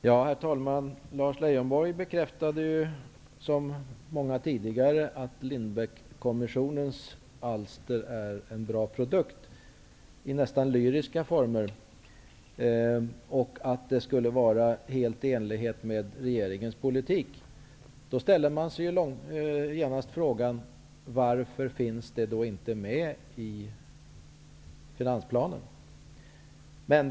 Herr talman! Lars Leijonborg bekräftade ju, som många har gjort tidigare, att Lindbeckkommissionens alster är en bra produkt. Han gjorde det i nästan lyriska former, och han sade att rapporten var helt i enlighet med regeringens politik. Då ställer man sig genast frågan: Varför finns denna inte med i finansplanen?